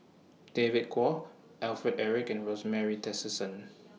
David Kwo Alfred Eric and Rosemary Tessensohn